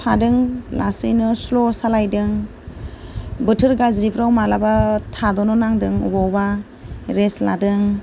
थादों लासैनो स्ल' सालायदों बोथोर गाज्रिफ्राव माब्लाबा थाद'नो नांदों अबावबा रेस्ट लादों